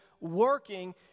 working